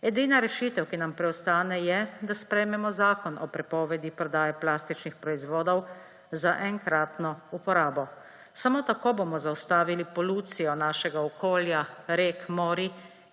Edina rešitev, ki nam preostane, je, da sprejmemo zakon o prepovedi prodaje plastičnih proizvodov za enkratno uporabo. Samo tako bomo zaustavili polucijo našega okolja, rek, morij